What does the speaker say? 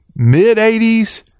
mid-'80s